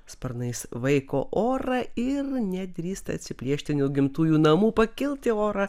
sparnais vaiko orą ir nedrįsta atsiplėšti nuo gimtųjų namų pakilt į orą